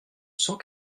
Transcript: cent